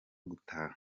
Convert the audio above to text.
gutaha